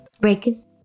Breakers